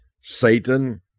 Satan